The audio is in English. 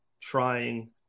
trying